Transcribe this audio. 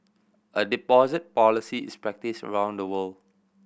a deposit policy is practised around the world